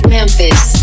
Memphis